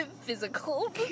physical